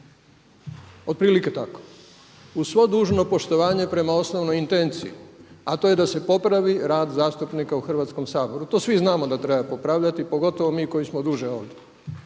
otprilike tako. Uz svo dužno poštovanje prema osnovnoj intenciji a to je da se popravi rad zastupnika u Hrvatskom saboru. To svi znamo da treba popravljati pogotovo mi koji smo duže ovdje.